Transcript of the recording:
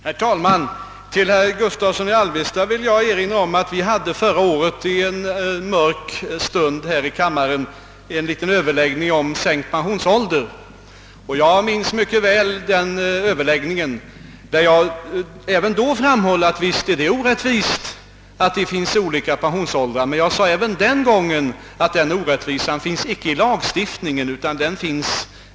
Herr talman! Herr Gustavsson i Alvesta vill jag erinra om att vi förra året i en mörk stund här i kammaren hade en liten överläggning om sänkt pensionsålder. Jag minns mycket väl den överläggningen. Även då framhöll jag att visst är det orättvist att det finns olika pensionsåldrar, men jag sade också den gången att orättvisan inte finns i lagstiftningen utan i avtalen.